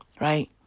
Right